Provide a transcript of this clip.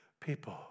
people